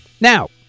Now